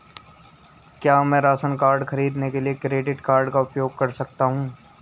क्या मैं राशन खरीदने के लिए क्रेडिट कार्ड का उपयोग कर सकता हूँ?